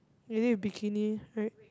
lady with bikini right